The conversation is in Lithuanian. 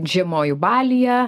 žiemoju balyje